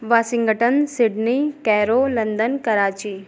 Washington Sydney Cairo London Karachi